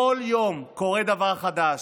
כל יום קורה דבר חדש.